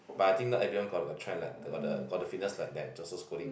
but I think not everyone got the got the got the fitness like that Joseph-Schooling